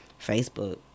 Facebook